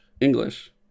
english